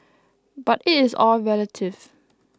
but it is all relative